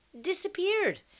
disappeared